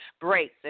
breaks